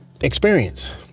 experience